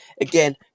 again